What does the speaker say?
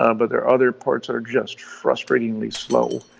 um but, there are other parts that are just frustratingly slow.